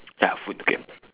ya food okay